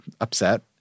upset